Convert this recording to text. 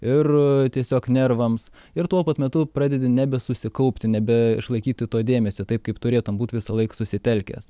ir tiesiog nervams ir tuo pat metu pradedi nebesusikaupti nebeišlaikyti to dėmesio taip kaip turėtum būt visąlaik susitelkęs